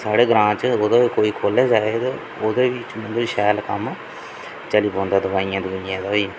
साढ़े ग्रां च ओह्दा बी कोई खोह्ला जा ते ओह्दे बी मतलब शैल कम्म चली पौंदा दवाइयें दवुइयें दा